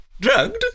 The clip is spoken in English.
Drugged